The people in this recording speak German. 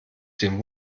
den